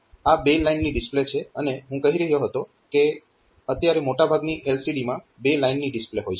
આ બે લાઇનની ડિસ્પ્લે છે અને હું કહી રહ્યો હતો કે અત્યારે મોટાભાગની LCD માં બે લાઇનની ડિસ્પ્લે હોય છે